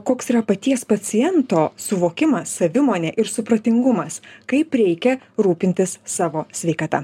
koks yra paties paciento suvokimas savimonė ir supratingumas kaip reikia rūpintis savo sveikata